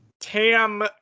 Tam